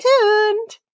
tuned